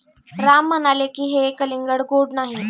राम म्हणाले की, हे कलिंगड गोड नाही